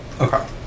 Okay